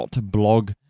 .blog